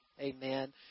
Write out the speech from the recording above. amen